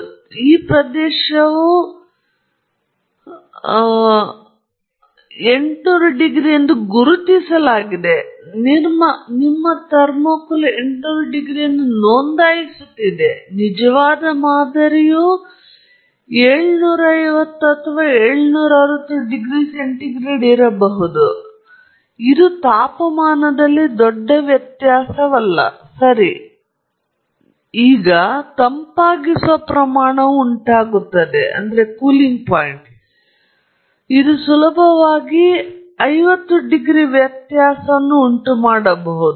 ಮತ್ತು ಈ ಪ್ರದೇಶದಲ್ಲಿ ನೀವು ಅನಿಲ ಹರಿಯುವ ಸಾಧ್ಯತೆಯಿದೆ ನಿಮಗೆ ವಿವಿಧ ವಿಷಯಗಳು ನಡೆಯುತ್ತಿವೆ ಆದ್ದರಿಂದ ಈ ಪ್ರದೇಶವನ್ನು 800 ಡಿಗ್ರಿ ಸಿ ಎಂದು ಗುರುತಿಸಲಾಗಿದೆ ನಿಮ್ಮ ಥರ್ಮೋಕೂಲ್ 800 ಡಿಗ್ರಿ ಸಿ ಯನ್ನು ನೋಂದಾಯಿಸುತ್ತಿದೆ ನಿಮ್ಮ ನಿಜವಾದ ಮಾದರಿಯು ಕುಳಿತುಕೊಳ್ಳಬಹುದು 750 760 ಡಿಗ್ರಿಗಳು ಸಿ ಇದು ತಾಪಮಾನದಲ್ಲಿ ಒಂದು ದೊಡ್ಡ ವ್ಯತ್ಯಾಸವಲ್ಲ ನಿಮಗೆ ಗೊತ್ತಾ ತಂಪಾಗಿಸುವ ಪ್ರಮಾಣವು ಉಂಟಾಗುತ್ತದೆ ಇದು ಸುಲಭವಾಗಿ 50 ಡಿಗ್ರಿ ವ್ಯತ್ಯಾಸವನ್ನು ಉಂಟುಮಾಡಬಹುದು